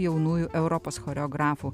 jaunųjų europos choreografų